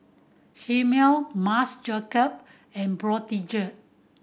Chomel Marc Jacob and Brotzeit